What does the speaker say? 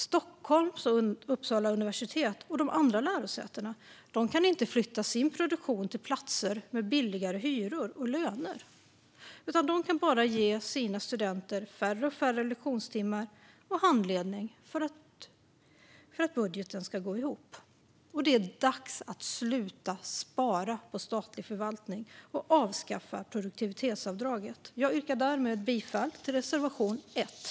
Stockholms och Uppsala universitet och de andra lärosätena kan inte flytta sin produktion till platser med lägre hyror och löner utan kan bara ge sina studenter färre och färre lektions och handledningstimmar för att budgeten ska gå ihop. Det är dags att sluta spara på statlig förvaltning och att avskaffa produktivitetsavdraget! Jag yrkar därmed bifall till reservation l.